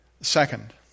Second